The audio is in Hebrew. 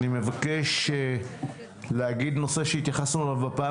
אני מבקש להגיד נושא שהתייחסנו אליו בפעם